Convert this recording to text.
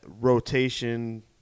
rotation